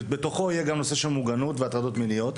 שבתוכו יהיה גם הנושא של מוגנות ושל הטרדות מיניות,